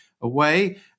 away